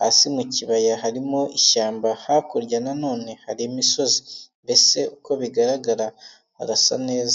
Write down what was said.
hasi mu kibaya harimo ishyamba, hakurya na none hari imisozi, mbese nk'uko bigaragara harasa neza.